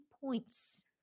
points